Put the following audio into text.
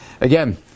Again